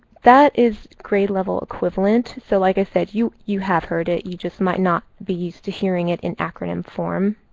that is grade level equivalent. so like i said, you you have heard it. you just might not be used to hearing it and acronym form.